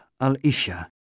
al-Isha